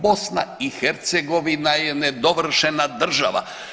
BiH je nedovršena država.